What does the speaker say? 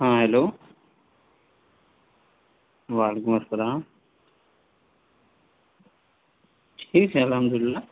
ہاں ہیلو وعلیکم السّلام ٹھیک ہے الحمدُ لِلّہ